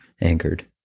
Anchored